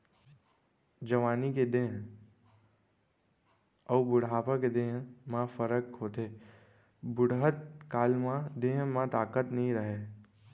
जवानी के देंह अउ बुढ़ापा के देंह म फरक होथे, बुड़हत काल म देंह म ताकत नइ रहय